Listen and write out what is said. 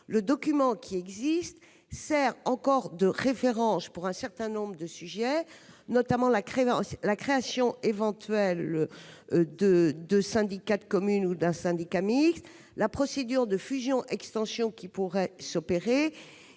le document existant sert encore de référence pour un certain nombre de sujets, notamment la création éventuelle de syndicats de communes ou de syndicats mixtes, avec la procédure de fusion-extension qui pourrait s'appliquer.